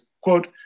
quote